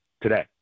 today